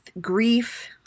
grief